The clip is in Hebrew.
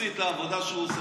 יחסית לעבודה שהוא עושה.